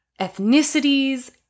ethnicities